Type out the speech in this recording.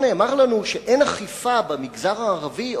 בעבר נאמר לנו שאין אכיפה במגזר הערבי,